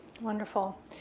Wonderful